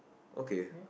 okay